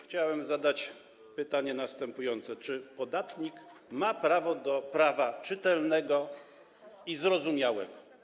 Chciałbym zadać pytanie następujące: Czy podatnik ma prawo do prawa czytelnego i zrozumiałego?